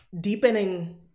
deepening